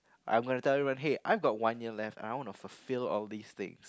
I'm gonna tell everyone hey I got one year left I wanna fulfill all these thing